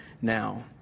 now